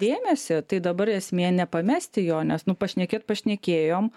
dėmesį tai dabar esmė nepamesti jo nes nu pašnekėt pašnekėjom